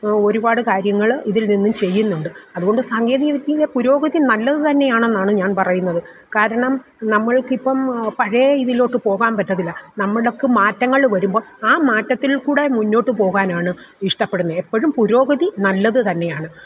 ഒരുപാട് കാര്യങ്ങള് ഇതിൽനിന്ന് ചെയ്യുന്നുണ്ട് അതുകൊണ്ട് സാങ്കേതിക വിദ്യയിലെ പുരോഗതി നല്ലതുതന്നെയാണെന്നാണ് ഞാൻ പറയുന്നത് കാരണം നമ്മൾക്കിപ്പം പഴയ ഇതിലൊട്ട് പോകാൻ പറ്റത്തില്ല നമ്മള്ക്ക് മാറ്റങ്ങള് വരുമ്പോൾ ആ മാറ്റത്തിൽ കൂടെ മുന്നോട്ട് പോകാനാണ് ഇഷ്ടപ്പെടുന്നെ എപ്പഴും പുരോഗതി നല്ലതുതന്നെയാണ്